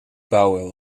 bouwen